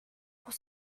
pour